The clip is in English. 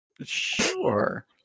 Sure